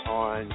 on